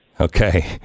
Okay